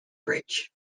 bridge